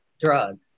drug